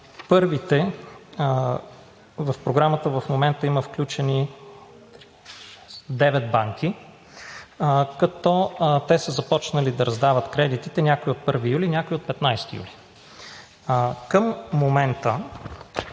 юни. В програмата в момента има включени девет банки, като те са започнали да раздават кредитите – някои от 1 юли, някои от 15 юли. Към момента